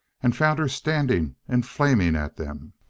and found her standing and flaming at them.